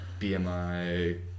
BMI